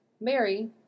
Mary